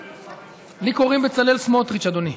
לי קוראים בצלאל סמוטריץ, אדוני.